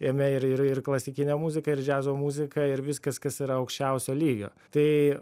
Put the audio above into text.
jame ir ir klasikinė muzika ir džiazo muzika ir viskas kas yra aukščiausio lygio tai